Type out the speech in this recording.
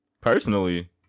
Personally